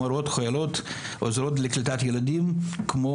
מורות חיילות עוזרות לקליטת ילדים כמו